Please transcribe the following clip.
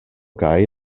kaj